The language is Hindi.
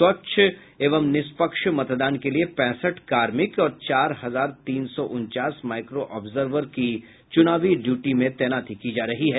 स्वच्छ एवं निष्पक्ष मतदान के लिए पैंसठ कार्मिक और चार हजार तीन सौ उनचास माइक्रो ऑब्जर्वर की चुनावी ड्यूटी में तैनाती की जा रही है